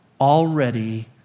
already